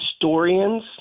historians